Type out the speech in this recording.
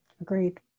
Agreed